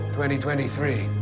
twenty twenty three.